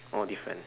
oh different